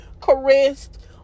caressed